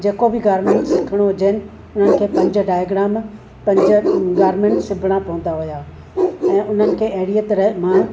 जेको बि गार्मेंट सिखणो हुजनि उन्हनि खे पंज डाइग्राम पंज गार्मेट्स सिबणा पवंदा हुया ऐं उन्हनि खे अहिड़ीअ तरह मां